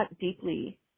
deeply